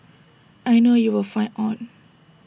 I know you will fight on